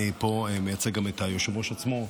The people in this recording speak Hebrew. אני פה מייצג גם את היושב-ראש עצמו,